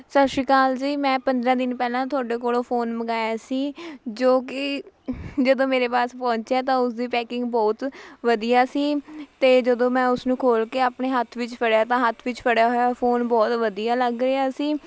ਸਤਿ ਸ਼੍ਰੀ ਅਕਾਲ ਜੀ ਮੈਂ ਪੰਦਰਾਂ ਦਿਨ ਪਹਿਲਾਂ ਤੁਹਾਡੇ ਕੋਲ਼ੋਂ ਫੋਨ ਮੰਗਵਾਇਆ ਸੀ ਜੋ ਕਿ ਜਦੋਂ ਮੇਰੇ ਪਾਸ ਪਹੁੰਚਿਆ ਤਾਂ ਉਸ ਦੀ ਪੈਕਿੰਗ ਬਹੁਤ ਵਧੀਆ ਸੀ ਅਤੇ ਜਦੋਂ ਮੈਂ ਉਸਨੂੰ ਖੋਲ੍ਹ ਕੇ ਆਪਣੇ ਹੱਥ ਵਿੱਚ ਫੜਿਆ ਤਾਂ ਹੱਥ ਵਿੱਚ ਫੜਿਆ ਹੋਇਆ ਫੋਨ ਬਹੁਤ ਵਧੀਆ ਲੱਗ ਰਿਹਾ ਸੀ